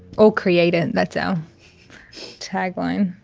or create it, that's our tagline.